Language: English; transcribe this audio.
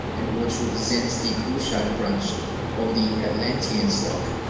and which represents the cushite branch of the atlantean stock,